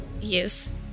Yes